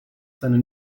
seine